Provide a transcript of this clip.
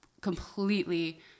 completely